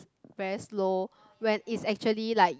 very slow when it's actually like